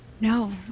No